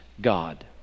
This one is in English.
God